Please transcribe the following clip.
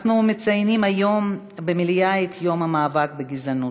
אנחנו מציינים היום במליאה את יום המאבק בגזענות.